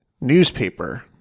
Newspaper